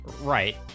Right